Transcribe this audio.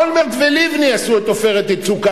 אולמרט ולבני עשו את "עופרת יצוקה"